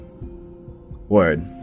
Word